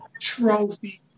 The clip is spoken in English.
Trophy